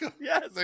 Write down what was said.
yes